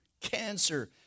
cancer